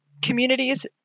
communities